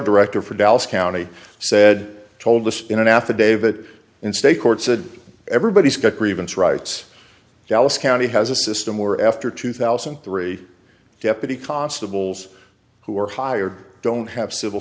director for dallas county said told us in an affidavit in state court said everybody's got a grievance rights dallas county has a system where after two thousand and three deputy constables who were hired don't have civil